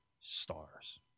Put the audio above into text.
stars